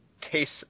Case